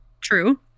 true